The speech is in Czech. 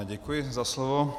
Děkuji za slovo.